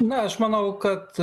na aš manau kad